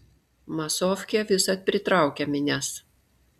masofkė visad pritraukia minias